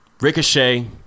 Ricochet